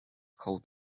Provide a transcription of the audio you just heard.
cold